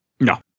no